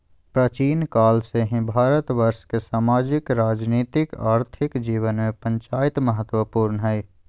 प्राचीन काल से ही भारतवर्ष के सामाजिक, राजनीतिक, आर्थिक जीवन में पंचायत महत्वपूर्ण हइ